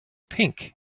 pink